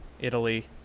Italy